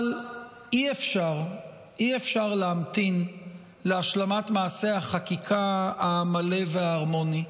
אבל אי-אפשר להמתין להשלמת מעשה החקיקה המלא וההרמוני.